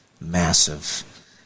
massive